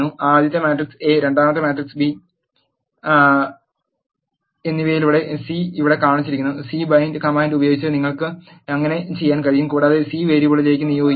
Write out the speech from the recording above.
ആദ്യത്തെ matrix A രണ്ടാമത്തെ matrix B എന്നിവയിലൂടെ സി ഇവിടെ കാണിച്ചിരിക്കുന്ന സി ബൈൻഡ് കമാൻഡ് ഉപയോഗിച്ച് നിങ്ങൾക്ക് അങ്ങനെ ചെയ്യാൻ കഴിയും കൂടാതെ സി വേരിയബിളിലേക്ക് നിയോഗിക്കുക